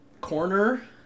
corner